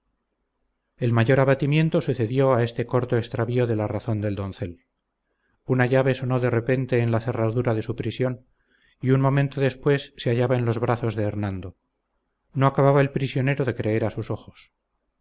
el mayor abatimiento sucedió a este corto extravío de la razón del doncel una llave sonó de repente en la cerradura de su prisión y un momento después se hallaba en los brazos de hernando no acababa el prisionero de creer a sus ojos